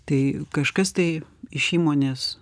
tai kažkas tai iš įmonės